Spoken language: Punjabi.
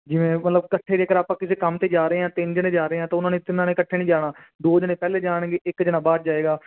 ਜਿਵੇਂ ਮਤਲਬ ਇਕੱਠੇ ਜੇਕਰ ਆਪਾਂ ਕਿਸੇ ਕੰਮ 'ਤੇ ਜਾ ਰਹੇ ਹਾਂ ਤਿੰਨ ਜਣੇ ਜਾ ਰਹੇ ਹਾਂ ਤਾਂ ਉਹਨਾਂ ਨੇ ਤਿੰਨਾਂ ਨੇ ਇਕੱਠੇ ਨਹੀਂ ਜਾਣਾ ਦੋ ਜਣੇ ਪਹਿਲੇ ਜਾਣਗੇ ਇੱਕ ਜਣਾ ਬਾਅਦ ਜਾਏਗਾ